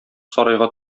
сарайга